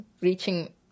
reaching